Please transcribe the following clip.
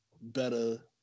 better